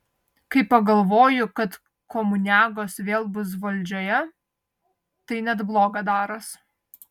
kai pagalvoju kad komuniagos vėl bus valdžioje tai net bloga daros